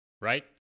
right